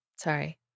Sorry